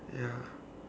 ya